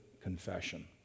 Confession